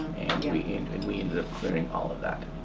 we ended we ended up clearing all of that.